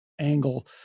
angle